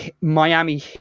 Miami